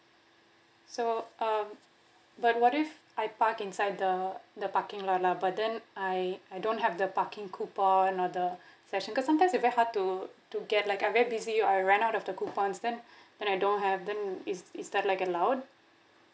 so um but what if I park inside the the parking lot lah but then I I don't have the parking coupon or the session cause sometimes it very hard to to get like I'm very busy or I run out of the coupons then then I don't have then is is that like allowed